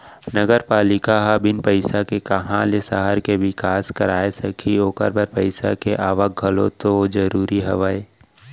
नगरपालिका ह बिन पइसा के काँहा ले सहर के बिकास कराय सकही ओखर बर पइसा के आवक घलौ तो जरूरी हवय